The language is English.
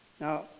Now